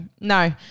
no